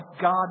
God